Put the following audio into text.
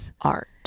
art